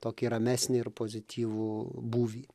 tokį ramesnį ir pozityvų būvį